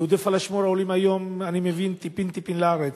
יהודי הפלאשמורה עולים היום טיפין-טיפין לארץ.